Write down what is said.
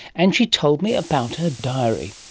and she told me about her diary.